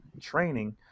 training